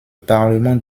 parlement